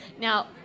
Now